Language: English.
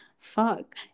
Fuck